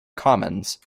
commons